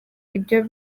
ibyo